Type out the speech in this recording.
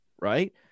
right